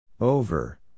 Over